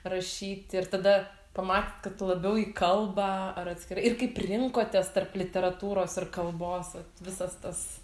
rašyti ir tada pamatėt kad labiau į kalbą ar atskirai ir kaip rinkotės tarp literatūros ir kalbos visas tas